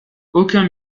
aucun